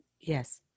Yes